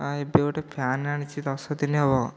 ହଁ ଏବେ ଗୋଟେ ଫ୍ୟାନ୍ ଆଣିଛି ଦଶଦିନ ହେବ